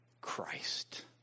Christ